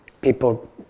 people